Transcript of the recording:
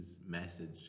message